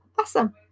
awesome